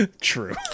True